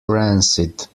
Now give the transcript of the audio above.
rancid